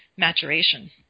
Maturation